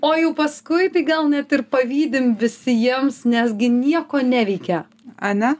o jau paskui tai gal net ir pavydim visi jiems nesgi nieko neveikia ane